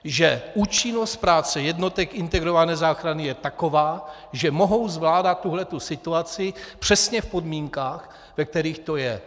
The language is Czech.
Že účinnost práce jednotek integrované záchrany je taková, že mohou zvládat tuto situaci přesně v podmínkách, ve kterých to je.